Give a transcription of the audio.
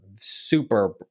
super